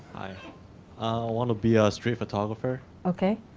i wanna be ah a street photographer. okay,